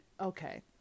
Okay